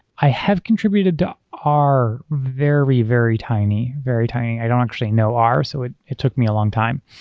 i have contributed to r very, very tiny, very tiny. i don't actually know r. so it it took me a long time.